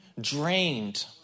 drained